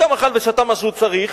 גם אכל ושתה מה שהוא צריך